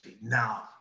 Now